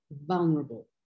vulnerable